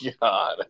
god